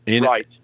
right